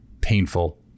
painful